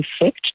effect